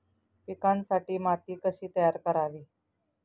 पिकांसाठी माती कशी तयार करावी?